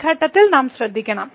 ആ ഘട്ടങ്ങളിൽ നാം ശ്രദ്ധിക്കണം